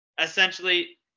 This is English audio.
essentially –